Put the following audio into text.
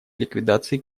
ликвидации